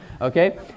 okay